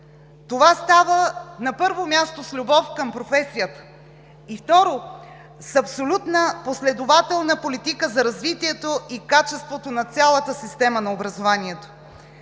Това става, на първо място, с любов към професията и второ, с абсолютна последователна политика за развитието и качеството на цялата система на образованието.